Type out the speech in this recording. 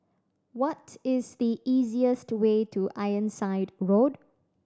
what is the easiest way to Ironside Road